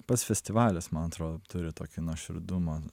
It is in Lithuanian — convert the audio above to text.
pats festivalis man atrodo turi tokį nuoširdumą